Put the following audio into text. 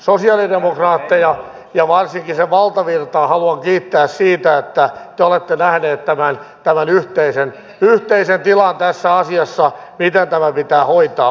sosialidemokraatteja ja varsinkin puolueen valtavirtaa haluan kiittää siitä että te olette nähneet tämän yhteisen tilan tässä asiassa miten tämä pitää hoitaa